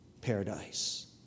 paradise